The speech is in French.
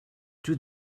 tout